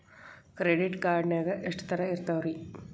Credit card ನಾಗ ಎಷ್ಟು ತರಹ ಇರ್ತಾವ್ರಿ?